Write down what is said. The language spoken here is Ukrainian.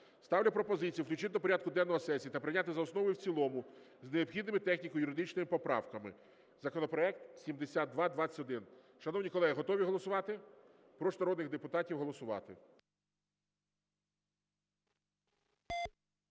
Ставлю пропозицію включити до порядку денного сесії та прийняти за основу і в цілому з необхідними техніко-юридичними поправками законопроект 7221. Шановні колеги, готові голосувати? Прошу народних депутатів голосувати.